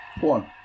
One